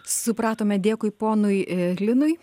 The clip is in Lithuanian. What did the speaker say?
supratome dėkui ponui linui